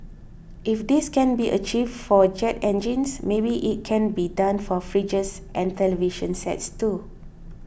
if this can be achieved for jet engines maybe it can be done for fridges and television sets too